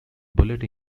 bullet